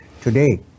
today